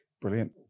brilliant